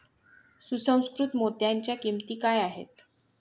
सुसंस्कृत मोत्यांच्या किंमती काय आहेत